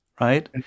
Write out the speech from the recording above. right